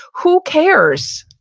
who cares?